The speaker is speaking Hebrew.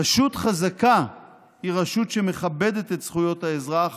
רשות חזקה היא רשות שמכבדת את זכויות האזרח